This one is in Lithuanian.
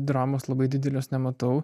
dramos labai didelės nematau